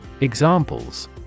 Examples